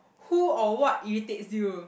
who or what irritates you